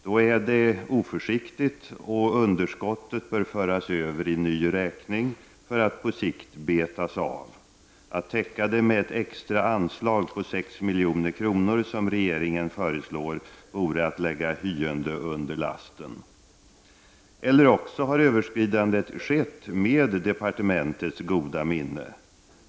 Då är det oförsiktigt, och underskottet bör föras över i ny räkning för att på sikt betas av. Att täcka det med ett extra anslag på 6 milj.kr., som regeringen föreslår, vore att lägga hyende under lasten. Eller också har överskridandet skett med departementets goda minne.